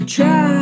Try